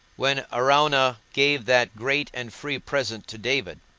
when araunah gave that great and free present to david,